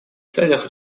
целях